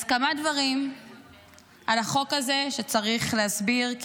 אז כמה דברים שצריך להסביר על החוק הזה,